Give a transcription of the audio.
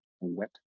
Wet